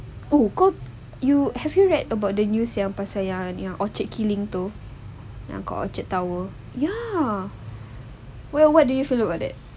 oh you have you read about the news yang pasal yang yang orchard killing tu yang orchard tower well what do you feel about that